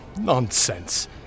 Nonsense